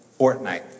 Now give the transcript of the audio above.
Fortnite